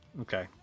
okay